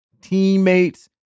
Teammates